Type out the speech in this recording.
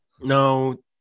No